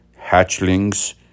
hatchlings